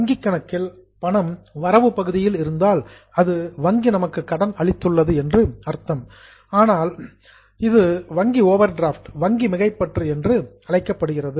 வங்கிக் கணக்கில் பணம் வரவு பகுதியில் இருந்தால் அது வங்கி நமக்கு கடன் அளித்துள்ளது என்று அர்த்தம் அதனால் அது பேங்க் ஓவர்டிராப்ட் வங்கி மிகைப்பற்று என்று அழைக்கப்படுகிறது